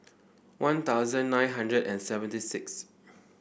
One Thousand nine hundred and seventy sixth